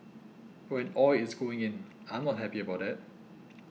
but when oil is going in I'm not happy about that